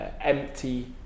empty